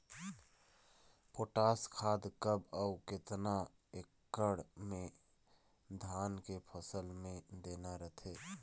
Potash खाद कब अऊ केतना एकड़ मे धान के फसल मे देना रथे?